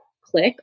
click